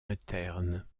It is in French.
interne